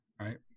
right